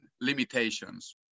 limitations